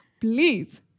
please